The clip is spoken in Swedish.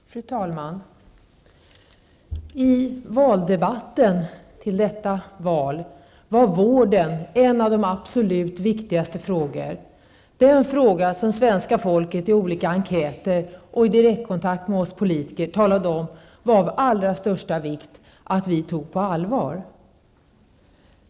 Fru talman! I valdebatten inför detta val var vården en av de absolut viktigaste frågorna. Det var den fråga som svenska folket i olika enkäter och i direktkontakt med oss politiker talade om att det var allra största vikt att vi tog på allvar.